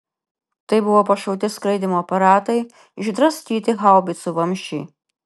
tai buvo pašauti skraidymo aparatai išdraskyti haubicų vamzdžiai